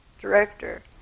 director